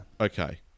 Okay